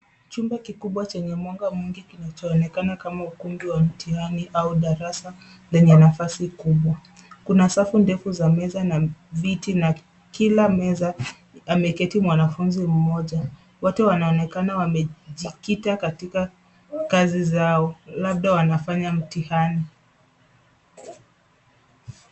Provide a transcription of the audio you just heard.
Chumba kikubwa chenye mwanga mingi kinaonekana kama ukumbi wa mtihani au darasa lenye nafasi kubwa kuna safu ndefu za meza na viti na kila meza ameketi mwanafunzi mmoja waote wanoanekana wamejikita katika kazi zao labda wanafanya mtihani.